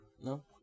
No